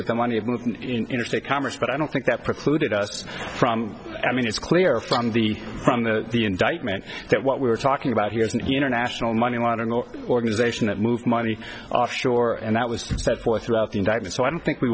that the money of interstate commerce but i don't think that precluded us from i mean it's clear from the problem that the indictment that what we're talking about here is an international money laundering or organization that move money offshore and that was set forth throughout the indictment so i don't think we